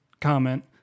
comment